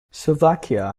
slovakia